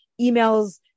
emails